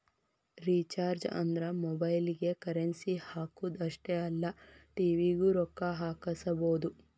recharges ಅಂದ್ರ ಮೊಬೈಲ್ಗಿ currency ಹಾಕುದ್ ಅಷ್ಟೇ ಅಲ್ಲ ಟಿ.ವಿ ಗೂ ರೊಕ್ಕಾ ಹಾಕಸಬೋದು